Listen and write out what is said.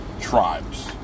tribes